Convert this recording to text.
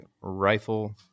Rifle